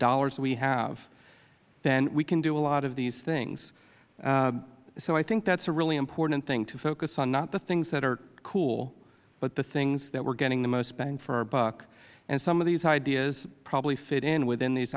dollars we have then we can do a lot of these things so i think that is a really important thing to focus on not the things that are cool but the things that we are getting the most bang for our buck some of these ideas probably fit in within these